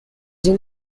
این